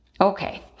Okay